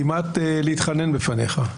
כמעט להתחנן בפניך,